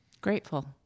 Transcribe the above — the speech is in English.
grateful